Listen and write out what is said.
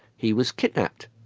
he was kidnapped.